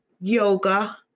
yoga